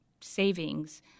savings